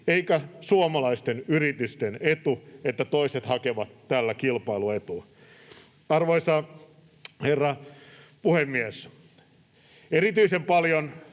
eikä suomalaisten yritysten etu, että toiset hakevat tällä kilpailuetua. Arvoisa herra puhemies! Erityisen paljon